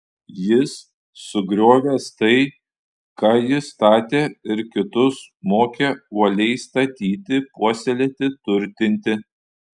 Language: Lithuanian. jis sugriovęs tai ką ji statė ir kitus mokė uoliai statyti puoselėti turtinti